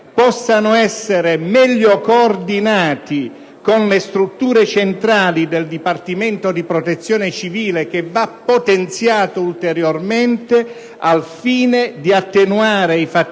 possano essere meglio coordinati con le strutture centrali del Dipartimento della protezione civile, che va potenziato ulteriormente, al fine di attenuare i fattori